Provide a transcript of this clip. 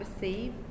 receive